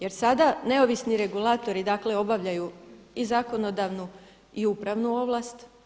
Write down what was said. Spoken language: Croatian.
Jer sada neovisni regulatori, dakle obavljaju i zakonodavnu i upravnu ovlast.